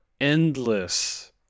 endless